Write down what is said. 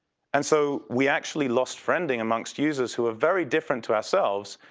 and so, we actually lost friending amongst users who are very different to ourselves.